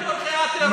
הם תומכי הטרור,